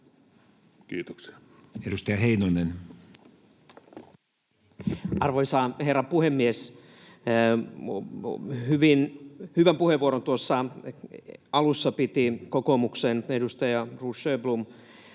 Time: 13:13 Content: Arvoisa herra puhemies! Hyvän puheenvuoron tuossa alussa piti kokoomuksen edustaja Ruut Sjöblom,